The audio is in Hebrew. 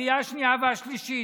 בקריאה השנייה והשלישית,